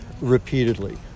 repeatedly